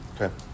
Okay